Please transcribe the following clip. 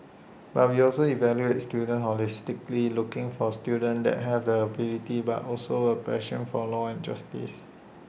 but we also evaluate students holistically looking for students that have ability but also A passion for law and justice